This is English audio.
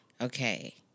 Okay